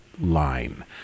line